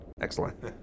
Excellent